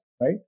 right